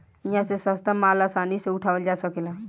इहा से सस्ता माल आसानी से उठावल जा सकेला